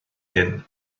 hyn